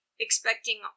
Expecting